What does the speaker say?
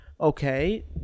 Okay